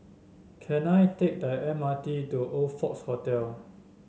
can I take the M R T to Oxford Hotel